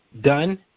done